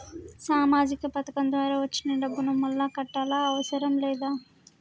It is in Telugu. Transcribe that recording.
సామాజిక పథకం ద్వారా వచ్చిన డబ్బును మళ్ళా కట్టాలా అవసరం లేదా?